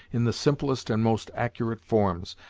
in the simplest and most accurate forms,